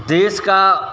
देश का